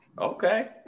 okay